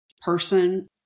person